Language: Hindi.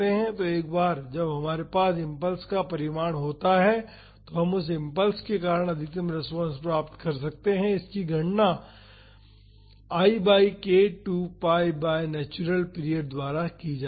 तो एक बार जब हमारे पास इम्पल्स का परिमाण होता है तो हम उस इम्पल्स के कारण अधिकतम रेस्पॉन्स पा सकते हैं इसकी गणना I by k 2 pi by natural period द्वारा की जाती है